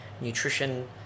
nutrition